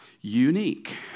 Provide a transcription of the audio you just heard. unique